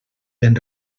ben